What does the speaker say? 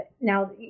Now